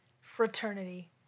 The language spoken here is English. Fraternity